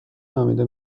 نامیده